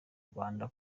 rwanda